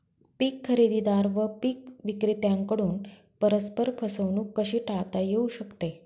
पीक खरेदीदार व पीक विक्रेत्यांकडून परस्पर फसवणूक कशी टाळता येऊ शकते?